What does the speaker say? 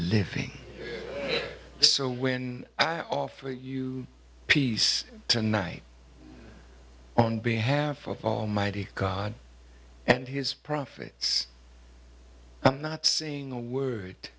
living so when i offer you peace tonight on behalf of almighty god and his prophets i'm not saying a word